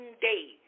days